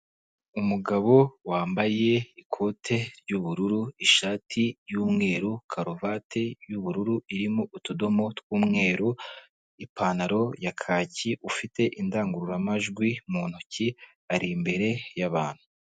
Umugabo wambaye ikote ry'ubururu, ishati y'umweru karuvati y'ubururu irimo utudomo tw'umweru, ipantaro ya kaki ufite indangururamajwi mu ntoki ari imbere y'abantu.